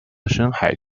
深海